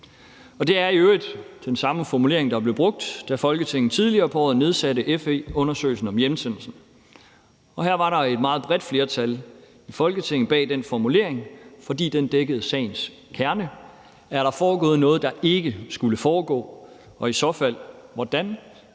Det er i øvrigt den samme formulering, der blev brugt, da Folketinget tidligere på året igangsatte FE-undersøgelsen om hjemsendelsen, og her var der et meget bredt flertal i Folketinget bag den formulering, fordi den dækkede sagens kerne: Er der foregået noget, der ikke skulle foregå, og i så fald hvordan;